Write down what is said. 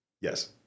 Yes